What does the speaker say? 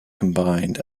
combined